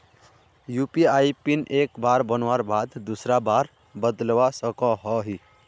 UPI PIN एक बार बनवार बाद दूसरा बार बदलवा सकोहो ही?